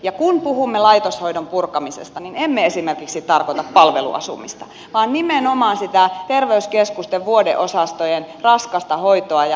ja kun puhumme laitoshoidon purkamisesta niin emme esimerkiksi tarkoita palveluasumista vaan nimenomaan sitä terveyskeskusten vuodeosastojen raskasta hoitoa ja hoivaa